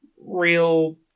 real